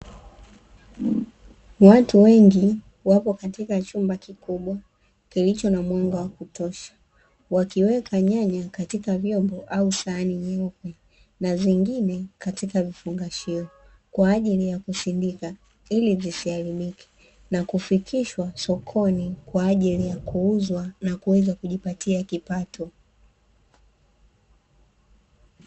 Watu wengi wapo katika chumba kikubwa kilicho na mwanga wa kutosha; wakiweka nyanya katika vyombo au sahani nyeupe na zingine katika vifungashio, kwa ajili ya kusindika ili zisiharibike na kufikishwa sokoni kwa ajili ya kuuza na kuweza kujipatia kipato.